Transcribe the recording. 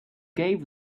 gave